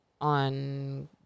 on